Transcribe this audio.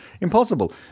impossible